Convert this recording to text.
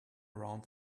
around